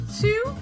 two